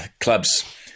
clubs